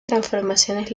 transformaciones